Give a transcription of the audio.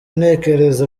ntekereza